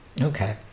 Okay